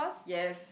yes